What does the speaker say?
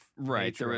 Right